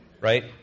right